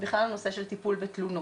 בכלל על הנושא של טיפול בתלונות.